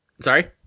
Sorry